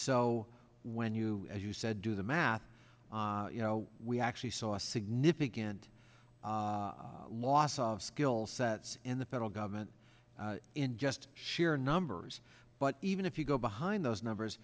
so when you as you said do the math you know we actually saw a significant loss of skill sets in the federal government in just sheer numbers but even if you go behind those numbers